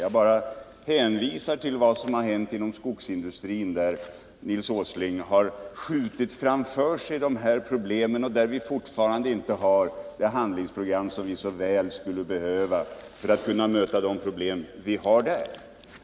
Jag hänvisar bara till vad som hänt inom skogsindustrin, där Nils Åsling har skjutit dessa problem framför sig och där vi fortfarande inte har det handlingsprogram som vi så väl skulle behöva för att kunna möta de problem som finns där.